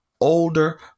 older